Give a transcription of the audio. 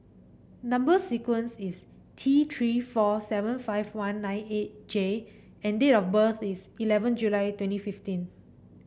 number sequence is T Three four seven five one nine eight J and date of birth is eleven July twenty fifteen